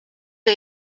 der